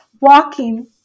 walking